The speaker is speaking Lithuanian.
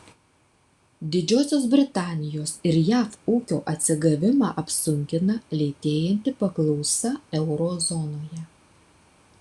didžiosios britanijos ir jav ūkio atsigavimą apsunkina lėtėjanti paklausa euro zonoje